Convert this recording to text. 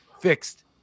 fixed